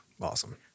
awesome